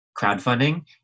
crowdfunding